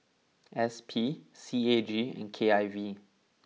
S P C A G and K I V